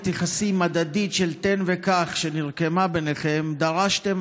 יחסים הדדית של 'תן וקח' שנרקמה ביניכם דרשתם,